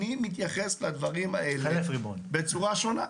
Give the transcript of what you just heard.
אני מתייחס לדברים האלה בצורה שונה.